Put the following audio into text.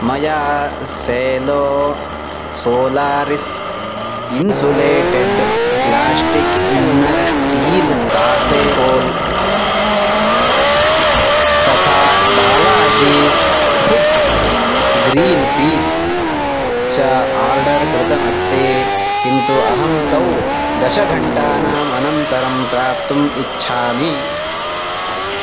मया Cello Solaris insulated plastic inner steel casserole तथा Balaji Foods green peas च order कृतमस्ति किन्तु अहं तौ दशघण्टानाम् अनन्तरं प्राप्तुम् इच्छामि